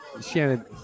Shannon